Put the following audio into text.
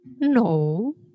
No